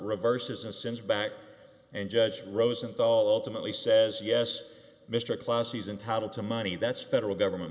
reverses and since back and judge rosenthal ultimately says yes mr class he's entitled to money that's federal government